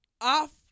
Off